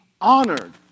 honored